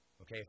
okay